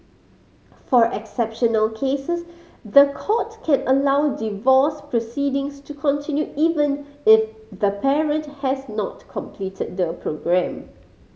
for exceptional cases the court can allow divorce proceedings to continue even if the parent has not completed the programme